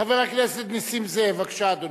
חבר הכנסת נסים זאב, בבקשה, אדוני.